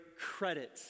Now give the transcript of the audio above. credit